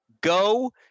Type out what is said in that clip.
go